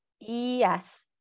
Yes